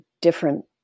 different